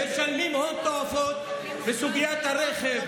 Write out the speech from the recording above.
אנחנו משלמים הון תועפות בסוגיית הרכב,